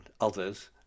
others